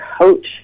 coach